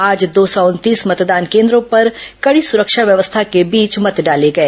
आज दो सौ उनतीस मतदान केन्द्रों पर कड़ी सुरक्षा व्यवस्था के बीच मत डाले गए